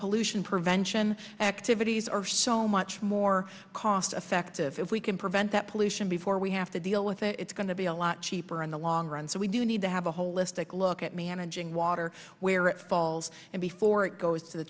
pollution prevention activities are so much more cost effective if we can prevent that pollution before we have to deal with it it's going to be a lot cheaper in the long run so we do need to have a holistic look at managing water where it falls and before it goes to the